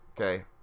Okay